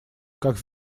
как